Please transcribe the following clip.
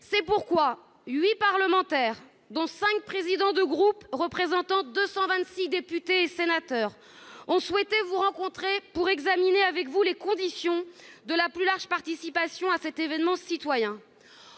C'est pourquoi huit parlementaires, dont cinq présidents de groupe représentant deux cent vingt-six députés et sénateurs, ont souhaité vous rencontrer pour examiner avec vous les conditions de la plus large participation à cet événement citoyen.